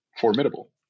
Formidable